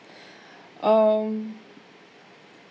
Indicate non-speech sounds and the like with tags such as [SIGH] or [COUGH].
[BREATH] um